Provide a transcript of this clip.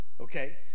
okay